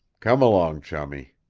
come along, chummie!